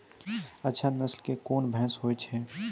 अच्छा नस्ल के कोन भैंस होय छै?